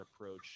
approach